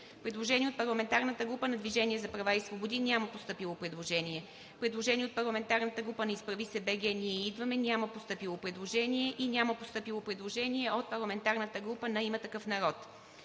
представители. От парламентарната група на „Движение за права и свободи“ няма постъпило предложение. От парламентарната група на „Изправи се БГ! Ние идваме!“ няма постъпило предложение. Няма постъпило предложение от парламентарната група на „Има такъв народ“.